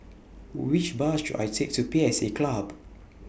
Which Bus should I Take to P S A Club